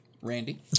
Randy